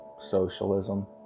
socialism